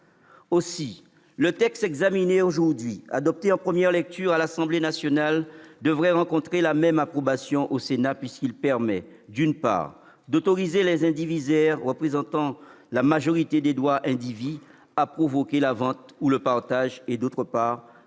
Aussi, le texte examiné aujourd'hui, adopté en première lecture à l'Assemblée nationale, devrait rencontrer la même approbation au Sénat, puisque, d'une part, il tend à autoriser les indivisaires représentant la majorité des droits indivis à provoquer la vente ou le partage et, d'autre part,